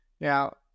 Now